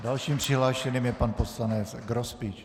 Dalším přihlášeným je pan poslanec Grospič.